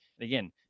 Again